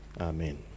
Amen